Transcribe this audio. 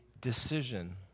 decision